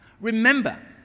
Remember